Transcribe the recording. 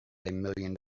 million